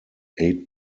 eight